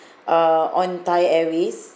uh on thai airways